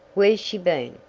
where's she bin?